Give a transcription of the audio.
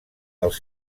els